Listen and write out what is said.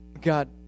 God